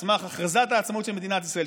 מסמך הכרזת העצמאות של מדינת ישראל,